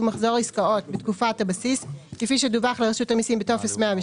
מחזור עסקאות בתקופת הבסיס כפי שדווח לרשות המסים בטופס 102,